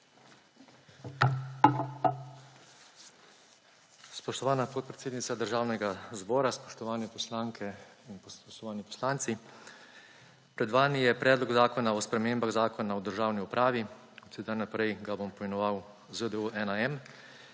Spoštovana podpredsednica Državnega zbora, spoštovane poslanke in poslanci! Pred vami je Predlog zakona o spremembah Zakona o državni upravi od sedaj naprej ga bom poimenoval ZDU-1m,